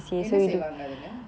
என்ன செய்வாங்க:enna seivaanga